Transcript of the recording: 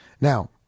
Now